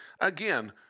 again